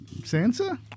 Sansa